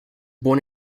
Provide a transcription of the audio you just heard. born